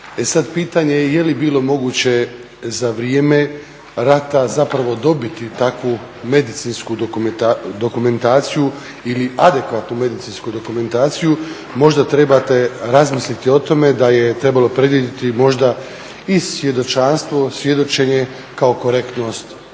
pitanje je je li bilo moguće za vrijeme rata zapravo dobiti takvu medicinsku dokumentaciju ili adekvatnu medicinsku dokumentaciju, možda trebate razmisliti o tome da je trebalo predvidjeti možda i svjedočanstvo, svjedočenje kao korektnost